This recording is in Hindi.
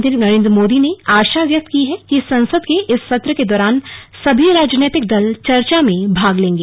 प्रधानमंत्री नरेन्द्र मोदी ने आशा व्यक्त की है कि संसद के इस सत्र के दौरान सभी राजनीतिक दल चर्चा में भाग लेंगे